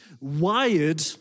wired